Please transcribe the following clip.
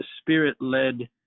spirit-led